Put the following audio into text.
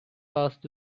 past